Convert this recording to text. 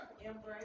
Embrace